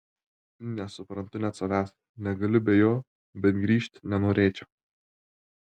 nesuprantu net savęs negaliu be jo bet grįžt nenorėčiau